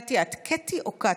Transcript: קטי, את קָטי או קֶטִי?